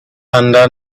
under